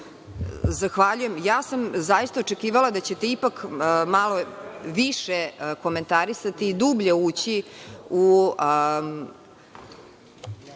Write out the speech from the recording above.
Zahvaljujem. Zaista sam očekivala da ćete ipak malo više komentarisati i dublje ući u